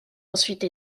ensuite